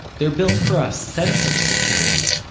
they're built for a sense of security.